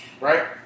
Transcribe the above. right